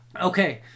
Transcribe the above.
Okay